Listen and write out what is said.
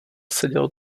seděl